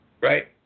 right